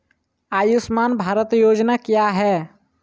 आयुष्मान भारत योजना क्या है?